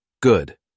Good